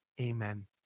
amen